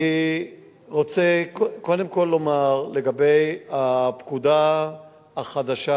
אני רוצה קודם כול לומר לגבי הפקודה החדשה